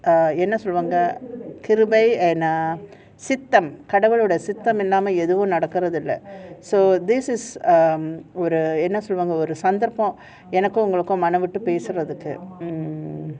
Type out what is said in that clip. err கடவுளோட சித்தம் இல்லாம எதுவுமே நடக்குறது இல்ல:kadavuloda siththam illaama ehtuvume nadakkarathu illa so this is um ஒரு சந்தர்பம் எனக்கும் ஒங்குளுக்கு மனம் விட்டு பேசறதுக்கு:oru santharppam enakkum ongulukkum manam vittu pesrathukku mm